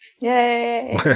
Yay